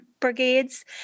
Brigades